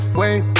wait